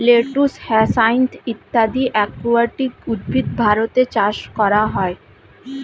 lettuce, hyacinth ইত্যাদি aquatic উদ্ভিদ ভারতে চাষ করা হয়